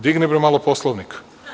Digni, bre, malo Poslovnik.